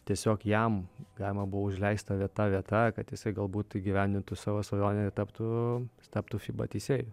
tiesiog jam galima buvo užleist vieta vieta kad jisai galbūt įgyvendintų savo svajonę taptų jis taptų fiba teisėju